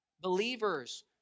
Believers